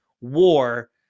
war